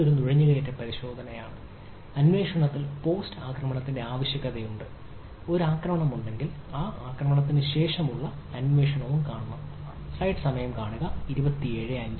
ഇത് ഒരു നുഴഞ്ഞുകയറ്റ പരിശോധനയാണ് അന്വേഷണത്തിൽ പോസ്റ്റ് ആക്രമണത്തിന്റെ ആവശ്യകതയുണ്ട് ഒരു ആക്രമണമുണ്ടെങ്കിൽ ആക്രമണത്തിന് ശേഷമുള്ള അന്വേഷണം